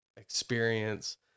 experience